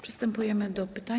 Przystępujemy do pytań.